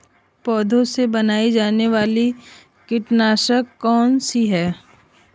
पौधों से बनाई जाने वाली कीटनाशक कौन सी है?